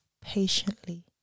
patiently